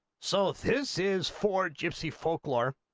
so this is four juicy folklore